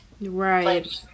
right